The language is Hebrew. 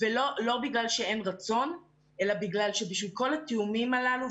ולא בגלל שאין רצון אלא בגלל שבשביל כל התיאומים הללו,